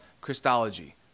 Christology